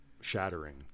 shattering